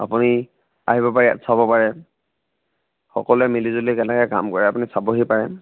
আপুনি আহিব পাৰে চাব পাৰে সকলোৱে মিলি জুলি কেনেকৈ কাম কৰে আপুনি চাবহি পাৰে